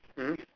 mm